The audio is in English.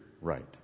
right